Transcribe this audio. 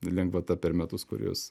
lengvata per metus kuriuos